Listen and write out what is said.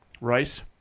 rice